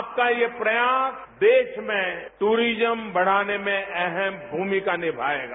आपका यह प्रयास देश में टूरिज्म बढ़ाने में अहम भूमिका निमाएगा